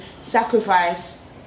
sacrifice